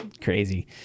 crazy